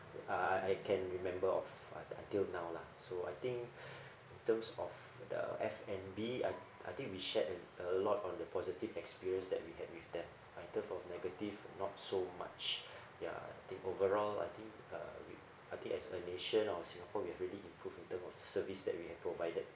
I I I can remember of un~ until now lah so I think in terms of the F and B I I think we shared and a lot on the positive experience that we had with them uh in items of negative not so much ya the overall I think uh I think as a nation of singapore we have really improved in term of service that we have provided